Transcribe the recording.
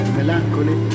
melancholy